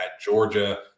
Georgia